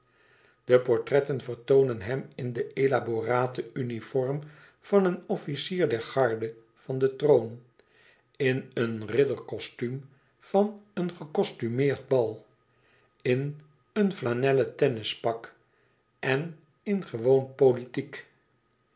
de portretten vertoonen hem in den elaboraten uniform van een officier der garde van den troon in een ridderkostuum van een gekostumeerd bal in een flanellen tennis pak en in gewone politiek